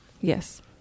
Yes